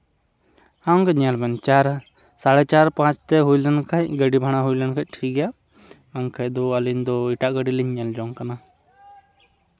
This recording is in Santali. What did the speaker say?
ᱟᱢ ᱜᱮ ᱧᱮᱞ ᱢᱮ ᱪᱟᱨ ᱥᱟᱲᱮ ᱪᱟᱨ ᱯᱟᱸᱪ ᱛᱮ ᱦᱩᱭ ᱞᱮᱱᱠᱷᱟᱱ ᱜᱟᱹᱰᱤ ᱵᱷᱟᱲᱟ ᱦᱩᱭ ᱞᱮᱱᱠᱷᱟᱱ ᱴᱷᱤᱠ ᱜᱮᱭᱟ ᱵᱟᱝᱠᱷᱟᱱ ᱫᱚ ᱟᱹᱞᱤᱧ ᱫᱚ ᱮᱴᱟᱜ ᱜᱟᱹᱰᱤ ᱞᱤᱧ ᱧᱮᱞ ᱡᱚᱝ ᱠᱟᱱᱟ